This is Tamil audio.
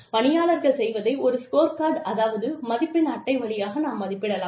பணியாளர்கள் செய்வதை ஒரு ஸ்கோர் கார்டு அதாவது மதிப்பெண் அட்டை வழியாக நாம் மதிப்பிடலாம்